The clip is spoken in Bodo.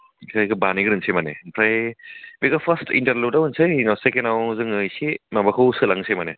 बिथिंजायखौ बानायग्रोनोसै माने ओमफ्राय बेखौ फार्स्ट इन्टारलटआव होनोसै उनाव सेकेण्डआव जोङो इसे माबाखौ सोंलांनोसै माने